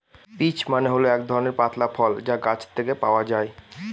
peach মানে হল এক ধরনের পাতলা ফল যা গাছ থেকে পাওয়া যায়